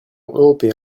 européen